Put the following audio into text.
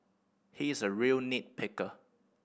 he is a real nit picker